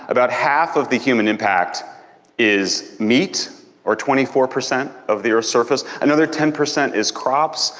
about half of the human impact is meat or twenty four percent of the earth's surface. another ten percent is crops.